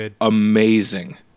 amazing